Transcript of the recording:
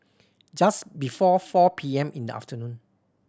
just before four P M in the afternoon